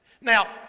Now